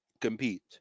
compete